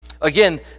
Again